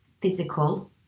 physical